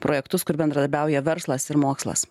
projektus kur bendradarbiauja verslas ir mokslas